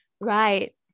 Right